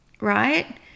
right